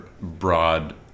broad